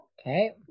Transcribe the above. Okay